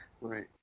Right